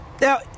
Now